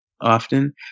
often